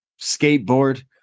skateboard